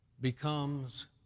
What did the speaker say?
becomes